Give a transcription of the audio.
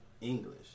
English